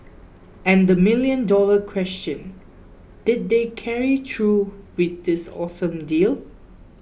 and the million dollar question did they carry through with this awesome deal